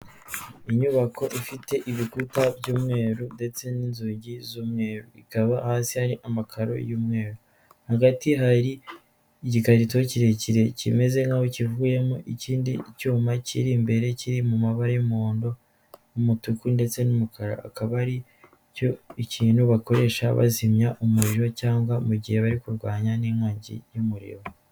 Inyubako ifite ibikuta by'umweru ndetse n'inzugi z'umweru, bikaba hasi hari amakaro y'umweru hagati hari igikarito kirekire kimeze nk'aho kivuyemo ikindi cyuma kiri imbere kiri mu mabara y'umuhondo, umutuku, ndetse n'umukara akaba ari ikintu bakoresha bazimya umuriro cyangwa mu gihe bari kurwanya n'inkongi y'umuriro.